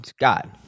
God